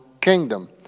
kingdom